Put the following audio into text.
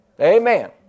Amen